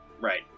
Right